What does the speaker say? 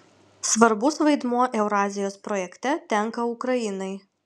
svarbus vaidmuo eurazijos projekte tenka ukrainai